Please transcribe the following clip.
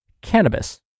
cannabis